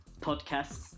podcasts